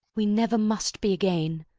we never must be again.